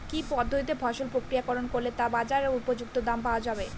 কি পদ্ধতিতে ফসল প্রক্রিয়াকরণ করলে তা বাজার উপযুক্ত দাম পাওয়া যাবে?